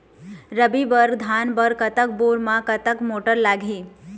रबी बर धान बर कतक बोर म कतक मोटर लागिही?